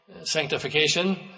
sanctification